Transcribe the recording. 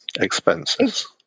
expenses